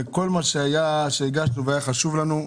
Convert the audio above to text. כל מה שהגשנו והיה חשוב לנו,